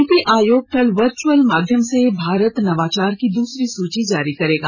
नीति आयोग कल वर्चुअल माध्यंम से भारत नवाचार की दूसरी सूची जारी करेगा